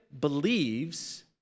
believes